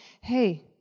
hey